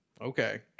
Okay